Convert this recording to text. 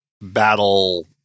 battle